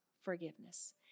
forgiveness